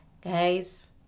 Guys